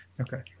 okay